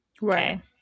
Right